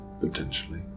Potentially